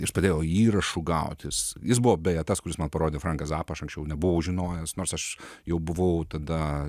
iš todėl įrašų gautis jis buvo beje tas kuris man parodė franką zappą aš anksčiau nebuvau žinojęs nors aš jau buvau tada